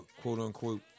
quote-unquote